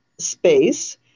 space